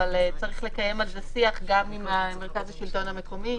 אבל צריך לקיים על זה שיח גם עם מרכז השלטון המקומי.